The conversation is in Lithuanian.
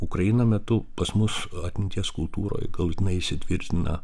ukrainą metu pas mus atminties kultūroj galutinai įsitvirtina